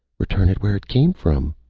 return it where it came from,